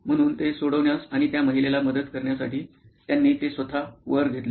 म्हणून ते सोडवण्यास आणि त्या महिलेला मदत करण्यासाठी त्यांनी ते स्वतः वर घेतले